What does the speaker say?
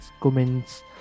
comments